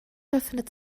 befindet